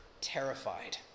terrified